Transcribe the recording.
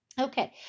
Okay